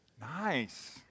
Nice